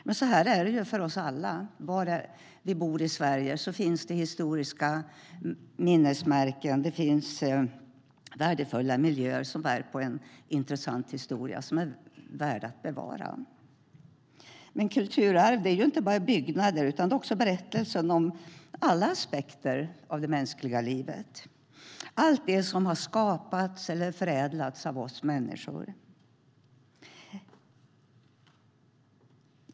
Men så är det för oss alla: Var vi än bor i Sverige finns det historiska minnesmärken och värdefulla miljöer som bär på en intressant historia som är värd att bevara. Men kulturarv är inte bara byggnader utan också berättelsen om alla aspekter av det mänskliga livet, allt det som har skapats eller förädlats av oss människor.